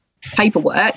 paperwork